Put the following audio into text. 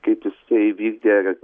kaip jisai vykdė